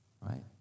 right